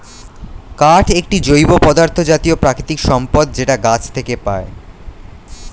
কাঠ একটি জৈব পদার্থ জাতীয় প্রাকৃতিক সম্পদ যেটা গাছ থেকে পায়